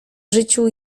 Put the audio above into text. życiu